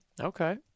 Okay